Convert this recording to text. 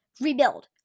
rebuild